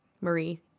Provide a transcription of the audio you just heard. Marie